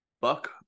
Buck